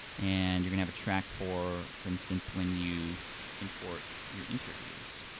and you're gonna have a track for for instance when you import your interviews.